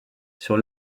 sur